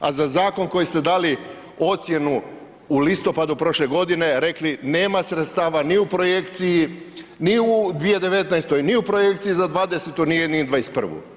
A za zakon koji ste dali ocjenu u listopadu prošle godine, rekli, nema sredstava ni u projekciji ni u 2019. ni u projekciji za '20., nije ni '21.